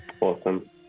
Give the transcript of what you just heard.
awesome